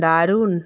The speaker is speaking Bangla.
দারুণ